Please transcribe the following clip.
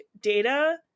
data